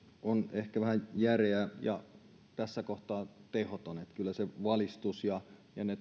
on ehkä vähän järeä ja tässä kohtaa tehoton niin että kyllä se valistus ja ne